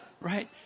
right